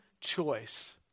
choice